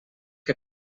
que